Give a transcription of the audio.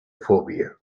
phobia